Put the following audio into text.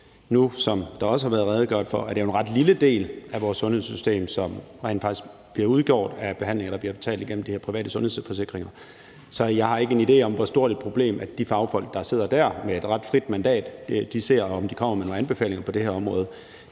Nu, som det også er blevet redegjort for, er det jo en ret lille del af vores sundhedssystem, som rent faktisk bliver udgjort af behandlinger, der bliver betalt igennem de her private sundhedsforsikringer. Så jeg har ikke en idé om, hvor stort et problem de fagfolk, der sidder der – der var et frit mandat – ser, og om de kommer med nogle anbefalinger på det her område.